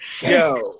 Yo